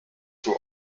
were